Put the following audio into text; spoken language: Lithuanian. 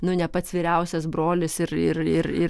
nu ne pats vyriausias brolis ir ir ir ir